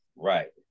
Right